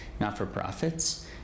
not-for-profits